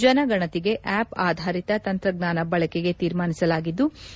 ಜನಗಣತಿಗೆ app ಆಧರಿತ ತಂತ್ರಜ್ಞಾನ ಬಳಕೆಗೆ ತೀರ್ಮಾನಿಸಲಾಗಿದ್ಲ